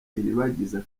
iribagiza